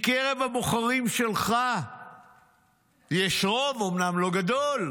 מקרב הבוחרים שלך יש רוב, אומנם לא גדול,